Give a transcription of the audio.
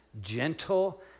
gentle